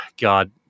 God